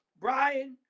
Brian